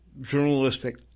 journalistic